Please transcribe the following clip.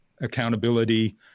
accountability